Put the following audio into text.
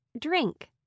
Drink